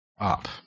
up